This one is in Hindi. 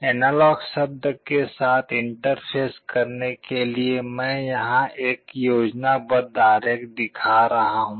एनालॉग शब्द के साथ इंटरफेस करने के लिए मैं यहां एक योजनाबद्ध आरेख दिखा रहा हूं